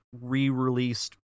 re-released